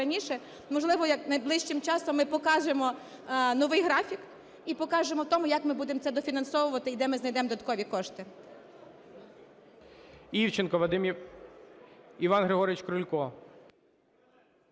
раніше. Можливо, найближчим часом ми покажемо новий графік і покажемо те, як ми будемо це дофінансовувати, і де ми знайдемо додаткові кошти.